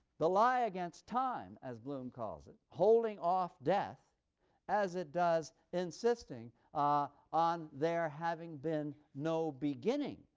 the lie against time, as bloom calls it, holding off death as it does, insisting on there having been no beginning,